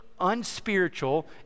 unspiritual